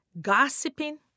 gossiping